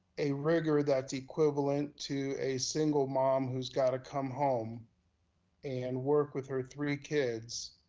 a rigor that's equivalent to a single mom who's gotta come home and work with her three kids,